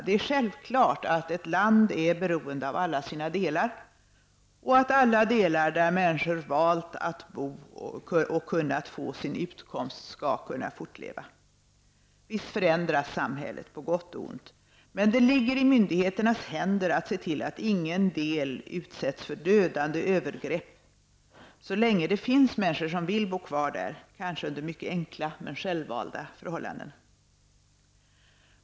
Det är självklart att ett land är beroende av alla sina delar och att alla delar där människor valt att bo och kunnat få sin utkomst skall kunna fortleva. Visst förändras samhället -- på gott och ont -- men det ligger i myndigheternas händer att se till att ingen del utsätts för dödande övergrepp så länge det finns människor som vill bo kvar där, kanske under mycket enkla men självvalda förhållanden.